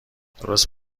درست